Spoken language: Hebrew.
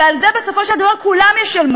ועל זה בסופו של דבר כולם ישלמו,